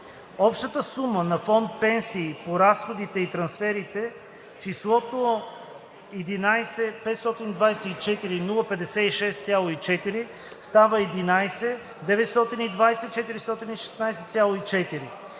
общата сума на фонд „Пенсии“ по разходите и трансферите, числото „11 524 056,4“ става „11 920 416,4“;